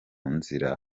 nzira